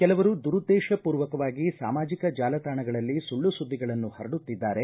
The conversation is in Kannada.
ಕೆಲವರು ದುರುದ್ದೇಶಪೂರ್ವಕವಾಗಿ ಸಾಮಾಜಿಕ ಜಾಲತಾಣಗಳಲ್ಲಿ ಸುಳ್ಳು ಸುದ್ದಿಗಳನ್ನು ಹರಡುತ್ತಿದ್ದಾರೆ